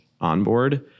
onboard